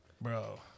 Bro